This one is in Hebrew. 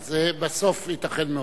בסוף, ייתכן מאוד.